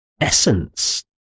essence